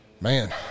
Man